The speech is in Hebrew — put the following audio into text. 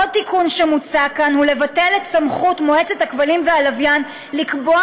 עוד תיקון שמוצע כאן הוא לבטל את סמכות מועצת הכבלים והלוויין לקבוע